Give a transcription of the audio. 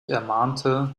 ermahnte